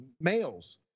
males